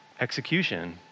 execution